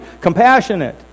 compassionate